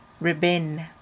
ribbon